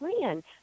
plan